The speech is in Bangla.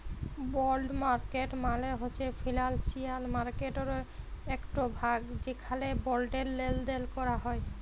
বল্ড মার্কেট মালে হছে ফিলালসিয়াল মার্কেটটর একট ভাগ যেখালে বল্ডের লেলদেল ক্যরা হ্যয়